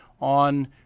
on